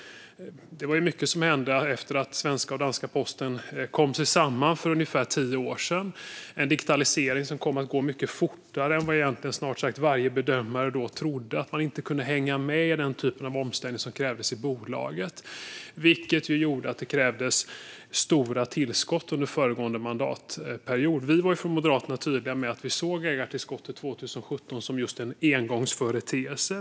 Det var mycket som hände efter att svenska och danska posten gick samman för ungefär tio år sedan. Digitaliseringen kom att gå mycket fortare än vad snart sagt varje bedömare då trodde, och man kunde inte hänga med i den typen av omställning som krävdes i bolaget. Det gjorde att det krävdes stora tillskott under föregående mandatperiod. Från Moderaterna var vi tydliga med att vi såg ägartillskottet 2017 som just en engångsföreteelse.